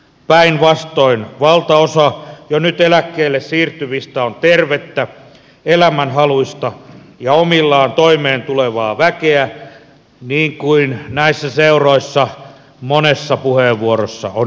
päinvastoin valtaosa jo nyt eläkkeelle siirtyvistä on tervettä elämänhaluista ja omillaan toimeentulevaa väkeä niin kuin näissä seuroissa monessa puheenvuorossa on jo todistettu